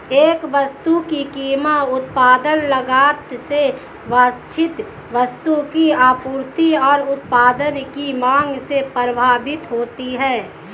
एक वस्तु की कीमत उत्पादन लागत से वांछित वस्तु की आपूर्ति और उत्पाद की मांग से प्रभावित होती है